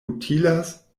utilas